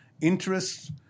interests